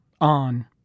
on